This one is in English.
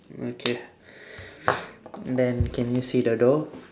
okay then can you see the door